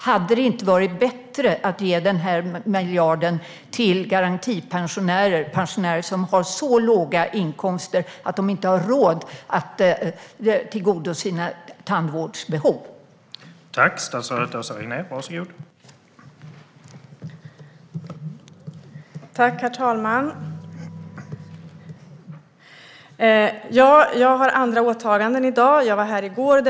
Hade det inte varit bättre att ge denna miljard till garantipensionärer, som har så låga inkomster att de inte har råd att få sina tandvårdsbehov tillgodosedda?